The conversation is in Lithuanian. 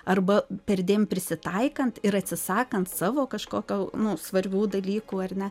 arba perdėm prisitaikant ir atsisakant savo kažkokio nu svarbių dalykų ar ne